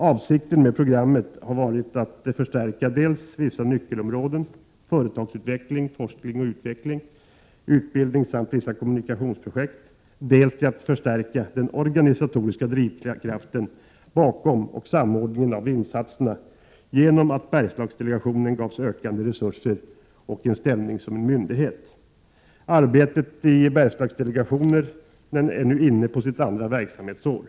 Avsikten med programmet har varit dels att förstärka vissa nyckelområden — företagsutveckling, forskning och utveckling, utbildning samt vissa kommunikationsprojekt —, dels att förstärka den organisatoriska drivkraften bakom och samordningen av insatserna genom att Bergslagsdelegationen gavs ökade resurser och ställning som en myndighet. Arbetet i Bergslagsdelegationen är nu inne på sitt andra verksamhetsår.